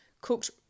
cooked